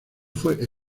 fue